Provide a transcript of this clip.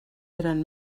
eren